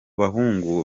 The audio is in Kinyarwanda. bahungu